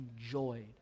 enjoyed